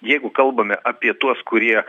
jeigu kalbame apie tuos kurie